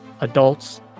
adults